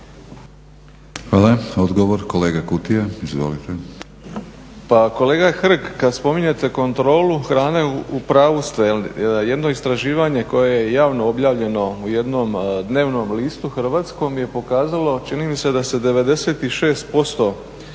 Hvala. Odgovor kolega Kutija. Izvolite. **Hrg, Branko (HSS)** Pa kolega Hrg, kad spominjete kontrolu hrane u pravu ste. Jedno istraživanje koje je javno objavljeno u jednom dnevnom listu hrvatskom je pokazalo čini mi se da se 96%